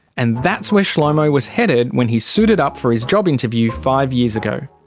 and that's where shlomo was headed when he suited up for his job interview five years ago.